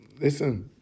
listen